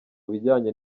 bijyanye